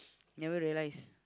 never realise